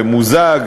תמוזג,